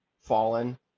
fallen